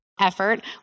effort